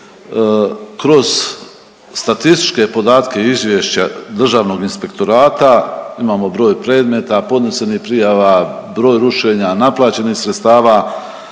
Kroz statističke podatke izvješća Državnog inspektorata imamo broj predmeta, podnesenih prijava, broj rušenja, naplaćenih sredstava.